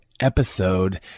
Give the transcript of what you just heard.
episode